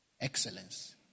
Excellence